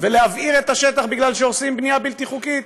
ולהבעיר את השטח בגלל שהורסים בנייה בלתי חוקית,